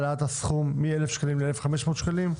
על העלאת הסכום מ-1,000 שקלים ל-1,500 שקלים.